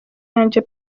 yanjye